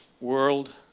world